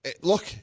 look